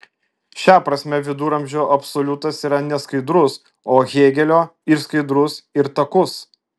šia prasme viduramžių absoliutas yra neskaidrus o hėgelio ir skaidrus ir takus